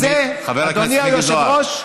אדוני, חבר הכנסת מיקי זוהר.